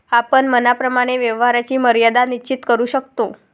आपण मनाप्रमाणे व्यवहाराची मर्यादा निश्चित करू शकतो